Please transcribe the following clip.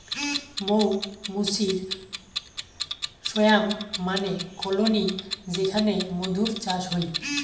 মৌ মুচির সোয়ার্ম মানে কলোনি যেখানে মধুর চাষ হই